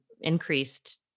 increased